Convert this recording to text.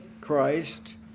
Christ